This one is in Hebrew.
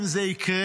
אם זה יקרה,